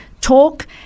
talk